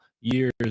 years